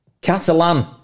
Catalan